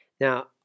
Now